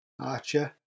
Archer